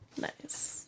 Nice